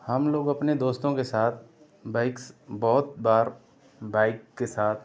हम लोग अपने दोस्तों के साथ बाइक्स बहुत बार बाइक के साथ